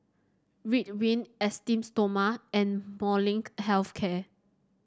Ridwind Esteem Stoma and Molnylcke Health Care